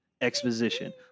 Exposition